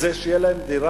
אני אומר להם: תתביישו.